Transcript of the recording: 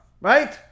right